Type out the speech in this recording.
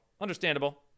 understandable